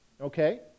Okay